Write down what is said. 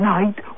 Night